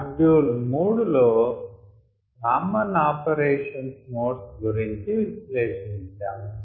module 3 లో common operation modes గూర్చి విశ్లేషించాము